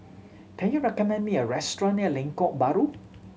can you recommend me a restaurant near Lengkok Bahru